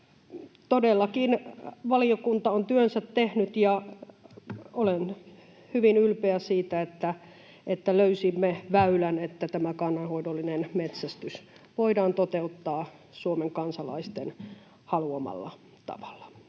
Todellakin valiokunta on työnsä tehnyt, ja olen hyvin ylpeä siitä, että löysimme väylän, että tämä kannanhoidollinen metsästys voidaan toteuttaa Suomen kansalaisten haluamalla tavalla.